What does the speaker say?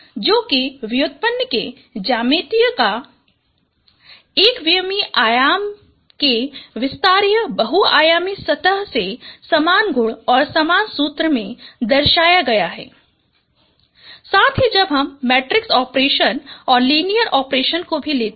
जो कि व्युत्पन्न के ज्यायमितीय का एकविमीय आयाम के विस्तारीय बहुआयामी सतह से सामान गुण और सामान सूत्र में दर्शाया गया है साथ ही जब हम मेट्रिक्स ऑपरेशन और लीनियर ऑपरेशन को भी लेते हैं